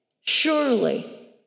Surely